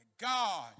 God